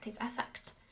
effect